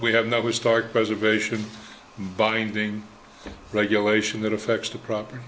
we have no we start preservation binding regulation that affects the proper